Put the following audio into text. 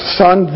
son